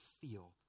feel